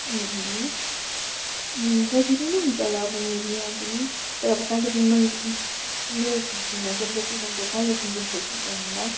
सजिलो नै हुन्छ होला अब मे बी यहाँ पनि तर अब कालिम्पोङमा ज मेरो थिङ्किङमा चाहिँ अब जति सक्दो कालिम्पोङ जस्तो चाहिँ हुँदैन होला